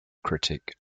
critic